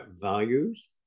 values